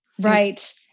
Right